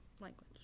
language